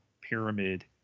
pyramid